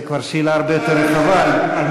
זו כבר שאלה הרבה יותר רחבה --- כמובן